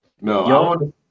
No